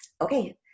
Okay